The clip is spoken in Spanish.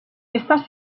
estas